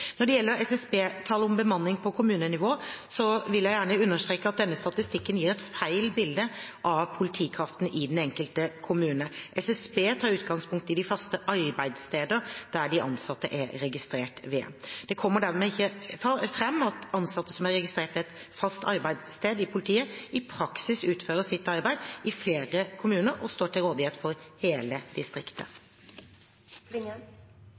Når det gjelder SSB-tall om bemanning på kommunenivå, vil jeg gjerne understreke at denne statistikken gir et feil bilde av politikraften i den enkelte kommune. SSB tar utgangspunkt i de faste arbeidsstedene som de ansatte er registrert ved. Det kommer dermed ikke fram at ansatte som er registrert ved et fast arbeidssted i politiet, i praksis utfører sitt arbeid i flere kommuner og står til rådighet for hele